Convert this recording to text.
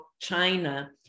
China